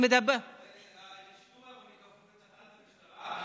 השיטור העירוני כפוף לתחנת המשטרה,